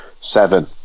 Seven